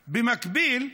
במקביל,